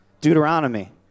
Deuteronomy